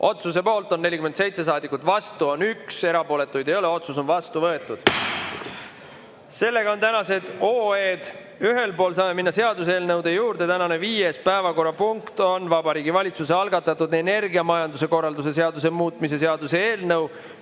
Otsuse poolt on 47 saadikut, vastu on 1, erapooletuid ei ole. Otsus on vastu võetud. Sellega on tänaste OE‑dega ühel pool. Saame minna seaduseelnõude juurde. Tänane viies päevakorrapunkt on Vabariigi Valitsuse algatatud energiamajanduse korralduse seaduse muutmise seaduse eelnõu